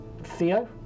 Theo